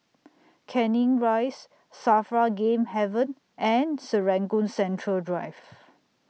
Canning Rise SAFRA Game Haven and Serangoon Central Drive